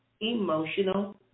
emotional